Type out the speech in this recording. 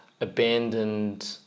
abandoned